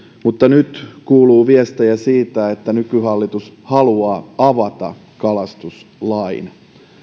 mutta nyt kuuluu viestejä siitä että nykyhallitus haluaa avata kalastuslain